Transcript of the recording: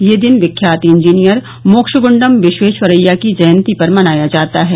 यह दिन विख्यात इंजीनियर मोक्षगुंडम विश्वेश्वरय्या की जयंती पर मनाया जाता है